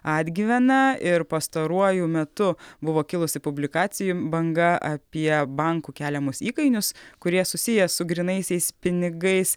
atgyvena ir pastaruoju metu buvo kilusi publikacijų banga apie bankų keliamus įkainius kurie susiję su grynaisiais pinigais